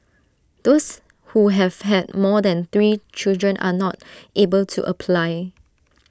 those who have had more than three children are not able to apply